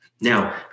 Now